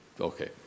okay